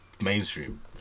mainstream